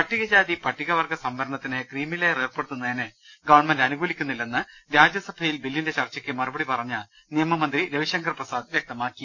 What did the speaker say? പട്ടിക ജാതി പട്ടിക വർഗ്ഗു സംവരണത്തിന് ക്രീമിലെയർ ഏർപ്പെടുത്തുന്നതിനെ ഗവൺമെന്റ് അനു കൂലിക്കുന്നില്ലെന്ന് രാജ്യസഭയിൽ ബില്ലിന്റെ ചർച്ചയ്ക്ക് മറുപടി പറഞ്ഞ നിയമമന്ത്രി രവിശങ്കർ പ്രസാദ് വൃക്തമാക്കി